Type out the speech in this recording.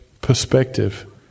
perspective